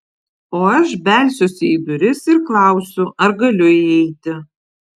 o aš belsiuosi į duris ir klausiu ar galiu įeiti